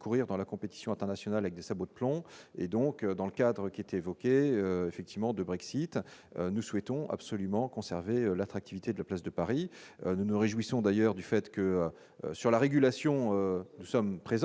courir dans la compétition internationale avec des sabots de plomb et donc dans le cadre qui était évoqué effectivement de Brexit nous souhaitons absolument conserver l'attractivité de la place de Paris, nous nous réjouissons d'ailleurs du fait que sur la régulation, nous sommes présents